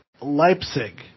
Leipzig